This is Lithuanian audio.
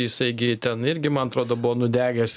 jisai gi ten irgi man atrodo buvo nudegęs